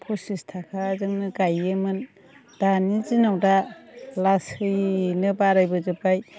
फसिस थाखाजोंनो गायोमोन दानि दिनाव दा लासैनो बारायबोजोबबाय